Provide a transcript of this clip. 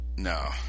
No